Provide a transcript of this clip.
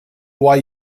why